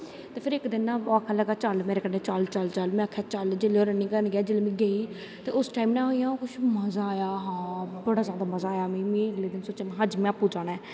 ते इक दिन ना फिर ओह् आक्खन लगा चल मेरै कन्नै चल चल जिसलै रनिंग करन गेआ जिसलै में गेई ते उस टैम ना कुश मज़ा आया हां बड़ा जादा मज़ा आया फिर में आक्खेआ में आपैं जाना ऐ